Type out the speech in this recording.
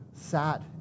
sat